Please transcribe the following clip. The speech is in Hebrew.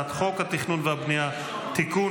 הצעת חוק התכנון והבנייה (תיקון,